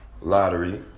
lottery